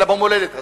אלא במולדת הזאת.